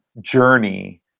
journey